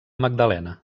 magdalena